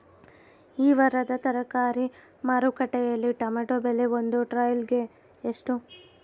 ಈ ವಾರದ ತರಕಾರಿ ಮಾರುಕಟ್ಟೆಯಲ್ಲಿ ಟೊಮೆಟೊ ಬೆಲೆ ಒಂದು ಟ್ರೈ ಗೆ ಎಷ್ಟು?